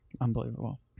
Unbelievable